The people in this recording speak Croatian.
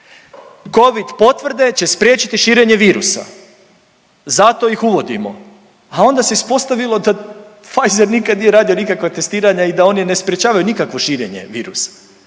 covid potvrde će spriječiti širenje virusa zato ih uvodimo, a onda se ispostavilo da Pfizer nikad nije radio nikakva testiranja i da oni ne sprječavaju nikakvo širenje virusa.